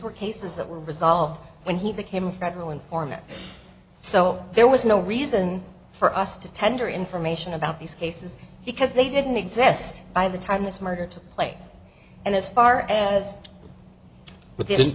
were cases that were resolved when he became federal informant so there was no reason for us to tender information about these cases because they didn't exist by the time this murder took place and as as far but they didn't